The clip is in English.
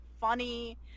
funny